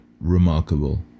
remarkable